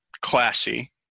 classy